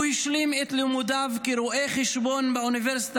הוא השלים את לימודיו כרואה חשבון באוניברסיטה